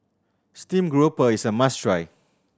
stream grouper is a must try